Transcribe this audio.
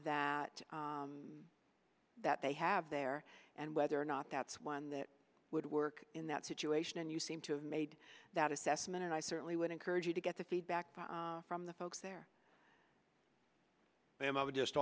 that that they have there and whether or not that's one that would work in that situation and you seem to have made that assessment and i certainly would encourage you to get the feedback from the folks there